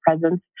presence